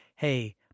Hey